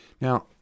Now